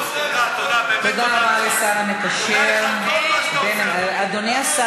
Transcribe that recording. תודה, באמת תודה לך, תודה לך על כל מה שאתה